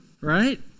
right